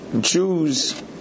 Jews